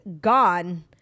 gone